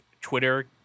Twitter